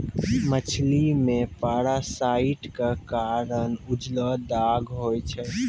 मछली मे पारासाइट क कारण उजलो दाग होय छै